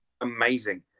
amazing